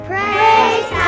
Praise